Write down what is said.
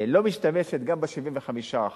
לא משתמשת גם ב-75%,